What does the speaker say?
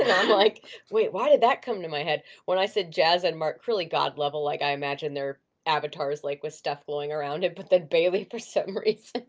i'm like wait why did that come to my head? when i said jazza and mark crilley, god level, like i imagine their avatars like with stuff flowing around it but then baylee, for some reason,